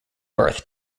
birth